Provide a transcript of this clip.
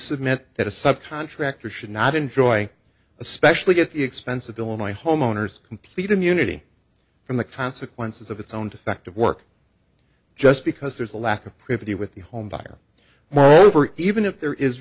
submit that a subcontractor should not enjoy especially at the expense of illinois homeowners complete immunity from the consequences of its own defective work just because there's a lack of privity with the home buyer moreover even if there is